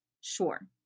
sure